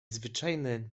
zwyczajne